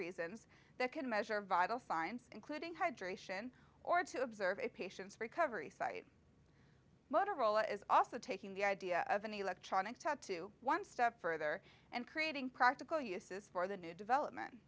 reasons that can measure vital signs including hydration or to observe a patient's recovery site motorola is also taking the idea of an electronic talk to one step further and creating practical uses for the new development